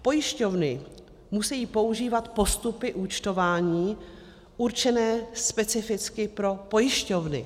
Pojišťovny musejí používat postupy účtování určené specificky pro pojišťovny.